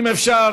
אם אפשר,